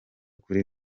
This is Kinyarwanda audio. kuri